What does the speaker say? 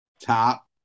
top